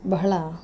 ಬಹಳ